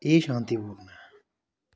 एह् शांतिपूर्ण ऐ